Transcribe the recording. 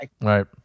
Right